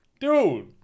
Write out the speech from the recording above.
Dude